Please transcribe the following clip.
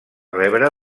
rebre